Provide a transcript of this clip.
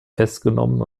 festgenommen